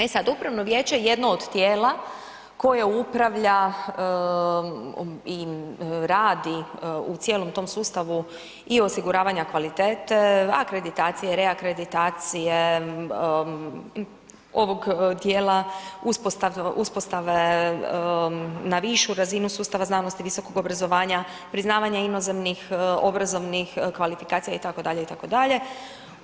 E sad, Upravno vijeće je jedno od tijela koje upravlja i radi u cijelom tom sustavu i osiguravanja kvalitete, akreditacije, reakreditacije, ovog dijela uspostave na višu razinu sustava znanosti i visokog obrazovanja, priznavanje inozemnih obrazovnih kvalifikacija, i tako dalje, i tako dalje.